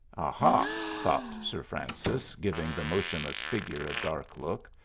aha! thought sir francis, giving the motionless figure a dark look,